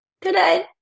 Today